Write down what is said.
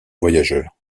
voyageurs